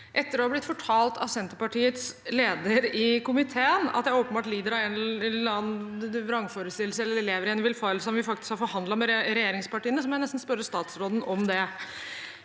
etter å ha blitt fortalt av Senterpartiets leder i komiteen at jeg åpenbart lider av en eller annen vrangforestilling eller lever i en villfarelse om at vi faktisk har forhandlet med regjeringspartiene, må jeg nesten spørre statsråden om det.